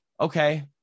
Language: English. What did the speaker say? okay